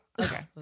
Okay